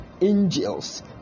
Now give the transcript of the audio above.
angels